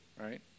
right